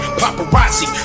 paparazzi